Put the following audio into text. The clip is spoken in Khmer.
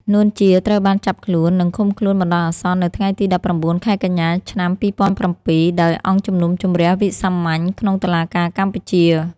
នួន ជា ត្រូវបានចាប់ខ្លួន និងឃុំខ្លួនបណ្តោះអាសន្ននៅថ្ងៃទី១៩ ខែកញ្ញា ឆ្នាំ២០០៧ ដោយអង្គជំនុំជម្រះវិសាមញ្ញក្នុងតុលាការកម្ពុជា ។